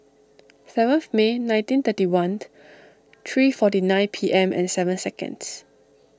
seventh May nineteen thirty one three forty nine P M and seven seconds